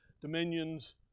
dominions